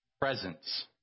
presence